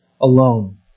alone